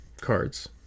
cards